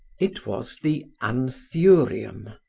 it was the anthurium,